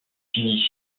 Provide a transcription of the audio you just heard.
finit